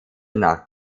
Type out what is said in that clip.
nach